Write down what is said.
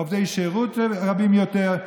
עובדי שירות רבים יותר,